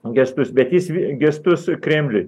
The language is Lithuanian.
gestus bet jis gestus kremliui